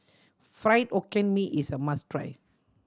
Fried Hokkien Mee is a must try